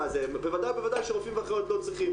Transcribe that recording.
בוודאי ובוודאי שרופאים ואחיות לא צריכים.